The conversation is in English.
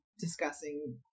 discussing